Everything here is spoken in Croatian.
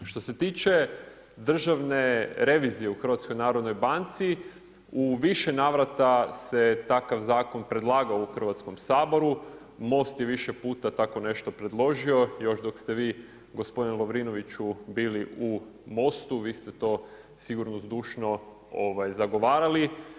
Što se tiče Državne revizije u HNB, u više navrata se takav zakon predlagao u Hrvatskom saboru, Most je više puta tako nešto predložio, još dok ste vi gospodin Lovrinoviću bili u Mostu, vi ste to sigurno zdušno zagovarali.